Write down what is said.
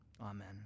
Amen